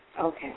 Okay